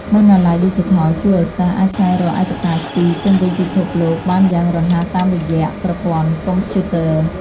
បណ្ណាល័យឌីជីថលជួយឱ្យសិស្សអាចស្វែងរកឯកសារពីជុំវិញពិភពលោកបានយ៉ាងរហ័សតាមរយៈប្រព័ន្ធកុំព្យូទ័រ។